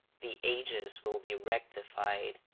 the ages will be rectified.